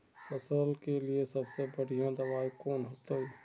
फसल के लिए सबसे बढ़िया दबाइ कौन होते?